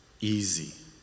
easy